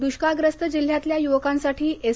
दृष्काळग्रस्त जिल्ह्यातल्या यूवकांसाठी एस